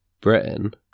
Britain